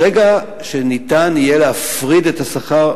ברגע שניתן יהיה להפריד את השכר,